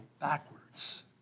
backwards